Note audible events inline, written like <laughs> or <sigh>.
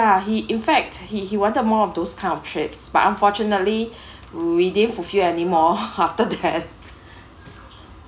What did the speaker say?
ya he in fact he he wanted more of those kind of trips but unfortunately we didn't fulfil anymore <laughs> after that